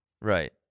Right